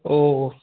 ഓ